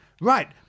Right